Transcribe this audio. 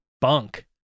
bunk